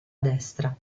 destra